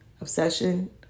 obsession